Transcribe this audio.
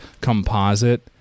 composite